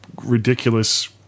Ridiculous